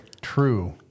true